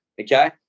okay